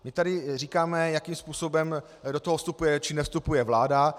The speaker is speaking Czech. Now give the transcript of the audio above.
My tady říkáme, jakým způsobem do toho vstupuje či nevstupuje vláda.